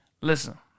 Listen